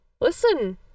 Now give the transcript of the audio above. Listen